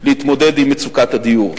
להתמודד עם מצוקת הדיור.